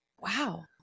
wow